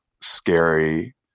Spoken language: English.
scary